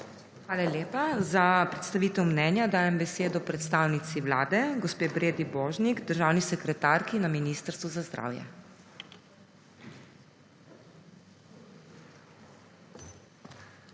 Hvala lepa. Za predstavitev mnenja dajem besedo predstavnici Vlade gospe Bredi Božnik, državni sekretarki na Ministrstvu za zdravje.